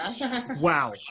Wow